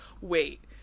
Wait